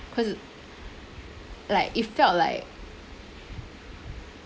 cause like it felt like